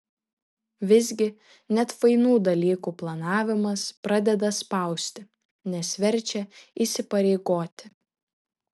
visgi net fainų dalykų planavimas pradeda spausti nes verčia įsipareigoti